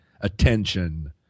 attention